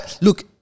look